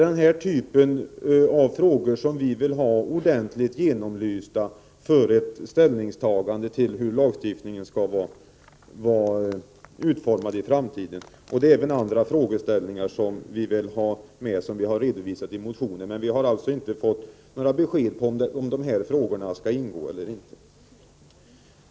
Den typen av frågor vill vi ha ordentligt genomlyst före ett ställningstagande till hur lagstiftningen i framtiden skall vara utformad. Andra frågeställningar som vi vill ha belysta har vi redovisat i motionen. Men vi har inte fått några besked om, huruvida de frågorna kommer att tas upp eller inte.